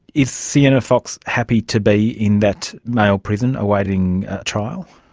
is sienna fox happy to be in that male prison awaiting trial?